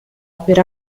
per